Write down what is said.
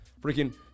Freaking